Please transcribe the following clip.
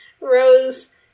Rose